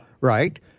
right